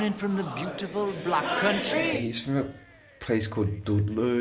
and from the beautiful black country? he's from a place called dudley.